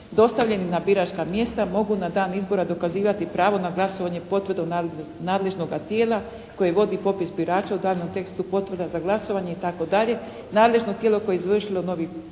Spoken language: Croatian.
dostavljenih na biračka mjesta mogu na dan izbora dokazivati pravo na glasovanje potvrdom nadležnoga tijela koji vodi popis birača u daljnjem tekstu potvrda za glasovanje itd., nadležno tijelo koje je izvršilo novi upis